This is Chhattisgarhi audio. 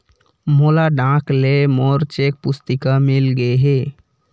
मोला डाक ले मोर चेक पुस्तिका मिल गे हे